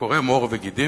וקורם עור וגידים.